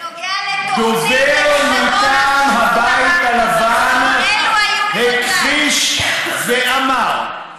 בנוגע לתוכנית, דובר, הבית הלבן, הכחיש ואמר: